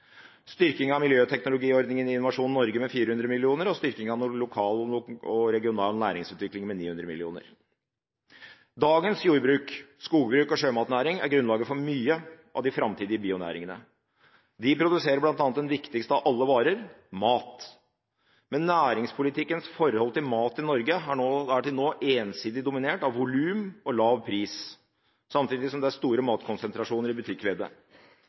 styrking av miljøteknologiordningen i Innovasjon Norge med 400 mill. kr og styrking av lokal og regional næringsutvikling med 900 mill. kr. Dagens jordbruk, skogbruk og sjømatnæring er grunnlaget for mye av de framtidige bionæringene. De produserer bl.a. den viktigste av alle varer: mat. Men næringspolitikkens forhold til mat i Norge er til nå ensidig dominert av volum og lav pris, samtidig som det er store matkonsentrasjoner i